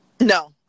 no